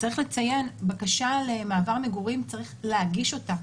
צריך לציין שבקשה למעבר מגורים צריך להגיש אותה.